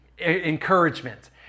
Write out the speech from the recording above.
encouragement